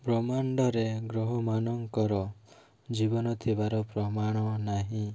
ବ୍ରହ୍ମାଣ୍ଡରେ ଗ୍ରହମାନଙ୍କର ଜୀବନ ଥିବାର ପ୍ରମାଣ ନାହିଁ